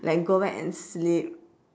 like go back and sleep